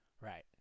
right